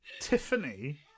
tiffany